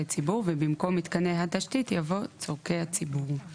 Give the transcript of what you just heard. ציבור" ובמקום "מתקני התשתית" יבוא "צרכי הציבור";